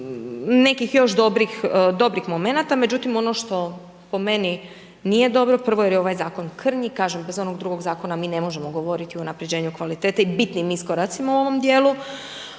nekih još dobrih momenata međutim ono što po meni nije dobro, prvo jer je ovaj zakon krnji, kažem, bez onog drugog zakon mi ne možemo govoriti o unaprjeđenju kvalitete i bitnim iskoracima u ovom djelu